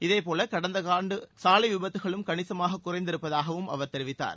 இதேபோல் கடந்த ஆண்டு சாலை விபத்துகளும் கணிசமாக குறைந்திருப்பதாகவும் அவர் தெரிவித்தார்